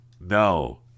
No